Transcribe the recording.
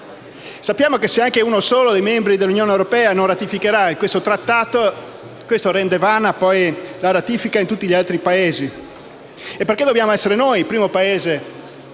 Sappiamo che se anche uno solo dei membri dell'Unione Europea non ratificherà questo Trattato, sarà resa vana la ratifica da parte di tutti gli altri Paesi. Allora perché dobbiamo essere noi il primo Paese